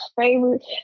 favorite